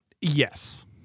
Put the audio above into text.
Yes